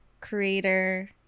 creator